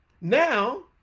Now